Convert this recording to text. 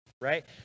right